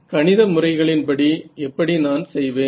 கணித முறைகளின் படி எப்படி நான் செய்வேன்